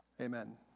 Amen